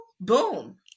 boom